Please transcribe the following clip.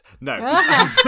no